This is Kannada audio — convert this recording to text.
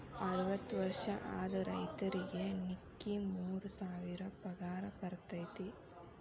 ಅರ್ವತ್ತ ವರ್ಷ ಆದ ರೈತರಿಗೆ ನಿಕ್ಕಿ ಮೂರ ಸಾವಿರ ಪಗಾರ ಬರ್ತೈತಿ